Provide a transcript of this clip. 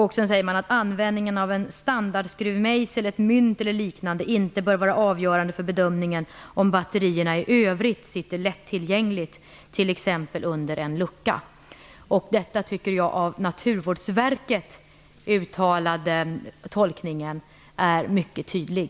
Man framhåller vidare att användningen av en standardskruvmejsel, ett mynt eller liknande inte bör vara avgörande för bedömningen om batterierna i övrigt sitter lättillgängligt, t.ex. under en lucka. Jag tycker att denna av Naturvårdsverket uttalade tolkning är mycket tydlig.